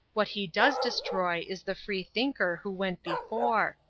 what he does destroy is the free-thinker who went before.